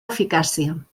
eficàcia